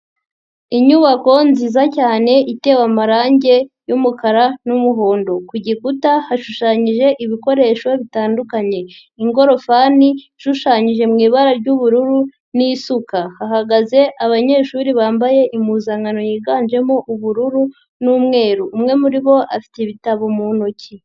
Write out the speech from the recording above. Inyubako nziza cyane itewe amarangi y'umukara n'umuhondo, ku gikuta hashushanyije ibikoresho bitandukanye, ingorofani ishushanyije mu ibara ry'ubururu n'isuka, hahagaze abanyeshuri bambaye impuzankano yiganjemo ubururu n'umweru, umwe muri bo afite ibitabo mu ntoki.